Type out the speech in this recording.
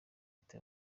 ati